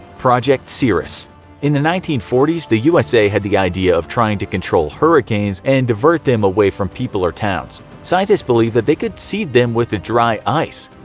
project cirrus in the nineteen forty s the usa had the idea of trying to control hurricanes and divert them away from people or towns. scientists believed they could seed them with dry ice.